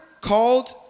called